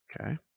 Okay